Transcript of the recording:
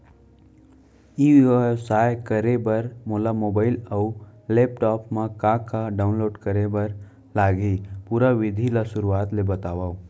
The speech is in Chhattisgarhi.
ई व्यवसाय करे बर मोला मोबाइल अऊ लैपटॉप मा का का डाऊनलोड करे बर लागही, पुरा विधि ला शुरुआत ले बतावव?